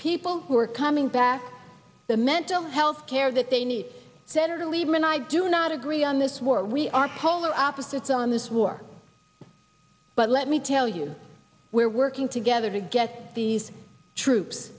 people who are coming back the mental health care that they need senator lieberman i do not agree on this war we are polar opposites on this war but let me tell you we're working together to get these troops